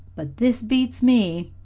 but this beats me!